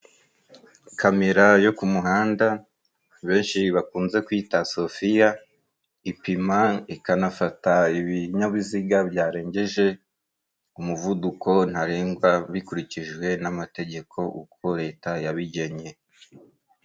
Kamera yo ku muhanda benshi bakunze kwita sofiya ipima ikanafata ibinyabiziga byarengeje umuvuduko ntarengwa bikurikijwe n'amategeko uko leta yabigennye.